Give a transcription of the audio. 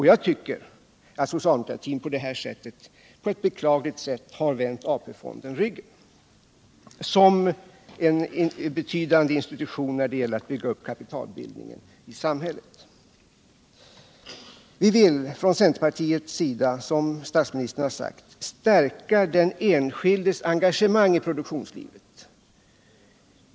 Jag tycker att socialdemokratin genom det här förslaget på ett beklagligt sätt vänt ryggen åt AP-fonden som en betydande institution när det gäller att bygga upp kapitalbildningen i samhället. Som statsministern sagt vill vi från centerpartiets sida stärka den enskildes engagemang i produktionslivet.